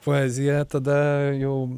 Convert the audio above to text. poezija tada jau